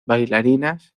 bailarinas